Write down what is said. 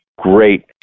great